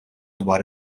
dwar